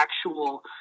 actual